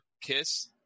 kiss